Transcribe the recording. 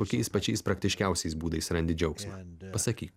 kokiais pačiais praktiškiausiais būdais randi džiaugsmą pasakyk